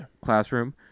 classroom